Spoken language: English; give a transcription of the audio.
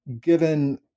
given